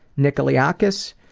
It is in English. nick liakis,